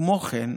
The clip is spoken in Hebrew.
כמו כן,